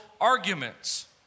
arguments